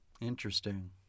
Interesting